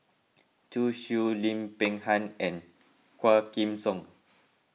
Zhu Xu Lim Peng Han and Quah Kim Song